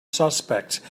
suspects